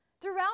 Throughout